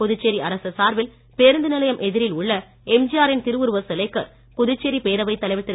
புதுச்சேரி அரசு சார்பில் பேருந்து நிலையம் எதிரில் உள்ள எம்ஜிஆரின் திருவுருவச் சிலைக்கு புதுச்சேரி பேரவைத் தலைவர் திரு